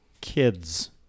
kids